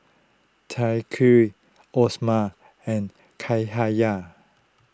Thaqif Osman and Cahaya